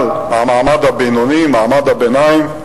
על המעמד הבינוני, מעמד הביניים,